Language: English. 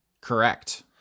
Correct